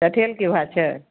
चठैल की भाव छै